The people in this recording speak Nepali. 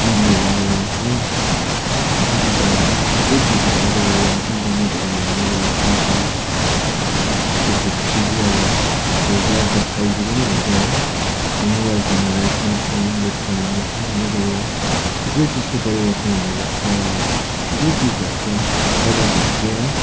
टिभीहरू आयो हो अनि गिटारहरू थुप्रै चिजहरू आउँदै गयो इन्टरनेटहरू भन्ने भयो टु जी त्यहाँ त्यसपछि थ्री जी आयो फोर जी अहिले त फाइभ जी पनि भन्छ है फोन मोबाइल फोनहरू स्मार्ट फोनहरू एन्ड्रोयड फोनहरू निक्लिँदै गयो थुप्रै चिजको परिवर्तनहरू भएको छ अब थुप्रै चिज भएको छ पहिलाखेरि चाहिँ है